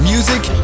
Music